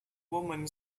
woman